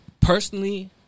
personally